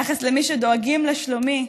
היחס למי שדואגים לשלומי?